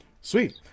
Sweet